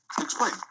explain